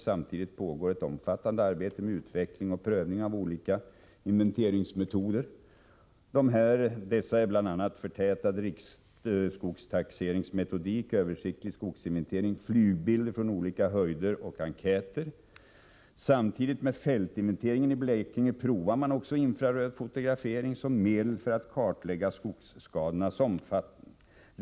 Samtidigt pågår ett omfattande arbete med utveckling och prövning av olika inventeringsmetoder. Dessa är bl.a. förtätad riksskogstaxeringsmetodik, översiktlig skogsinventering, flygbilder från olika höjder samt enkäter. Samtidigt med fältinventeringen i Blekinge provar man också fotografering med hjälp av infrarött ljus som medel för att kartlägga skogsskadornas omfattning.